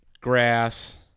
grass